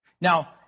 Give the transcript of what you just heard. Now